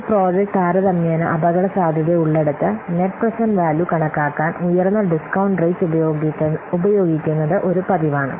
ഒരു പ്രോജക്റ്റ് താരതമ്യേന അപകടസാധ്യതയുള്ളിടത്ത് നെറ്റ് പ്രേസേന്റ്റ് വാല്യൂ കണക്കാക്കാൻ ഉയർന്ന ഡിസ്കൌണ്ട് റേറ്റ് ഉപയോഗിക്കുന്നത് ഒരു പതിവാണ്